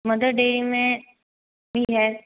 mother Dairy में भी है